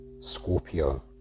Scorpio